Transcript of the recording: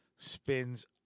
Spins